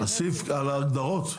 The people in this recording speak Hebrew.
הסעיף, על ההגדרות?